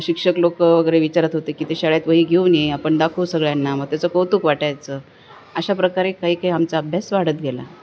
शिक्षक लोक वगैरे विचारत होते की ते शाळेत वही घेऊन ये आपण दाखवू सगळ्यांना मग त्याचं कौतुक वाटायचं अशा प्रकारे काही काही आमचा अभ्यास वाढत गेला